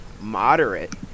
moderate